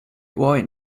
worrying